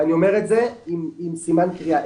ואני אומר את זה עם סימן קריאה.